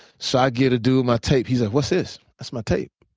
so i get to do my tape. he says, what's this? that's my tape.